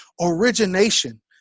origination